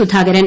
Sudhakaran